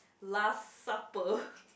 last supper